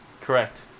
Correct